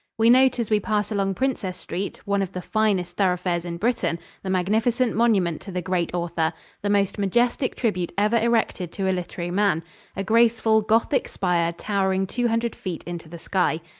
we note as we pass along princess street, one of the finest thoroughfares in britain, the magnificent monument to the great author the most majestic tribute ever erected to a literary man a graceful gothic spire, towering two hundred feet into the sky.